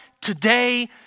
today